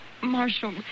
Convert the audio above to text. Marshal